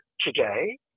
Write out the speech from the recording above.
today